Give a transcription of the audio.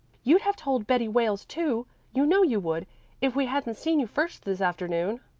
you'd have told betty wales, too you know you would if we hadn't seen you first this afternoon.